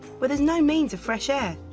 where there's no means of fresh air.